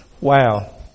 wow